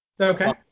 Okay